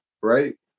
right